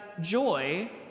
joy